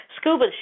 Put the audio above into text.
scuba